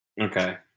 Okay